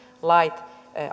lait